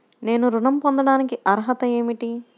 నేను ఋణం పొందటానికి అర్హత ఏమిటి?